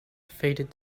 faded